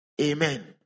Amen